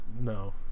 No